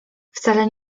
wcale